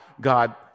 God